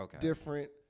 different